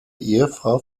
ehefrau